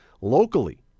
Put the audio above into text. locally